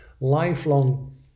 lifelong